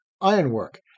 Ironwork